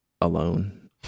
alone